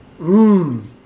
Mmm